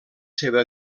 seva